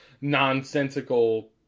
nonsensical